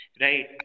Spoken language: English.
right